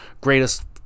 greatest